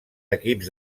equips